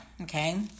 okay